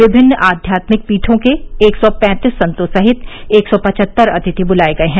विभिन्न आध्यात्मिक पीठों के एक सौ पैंतीस संतों सहित एक सौ पचहत्तर अतिथि बुलाए गए हैं